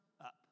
up